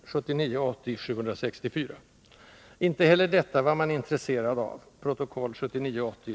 Inte heller detta var man intresserad av .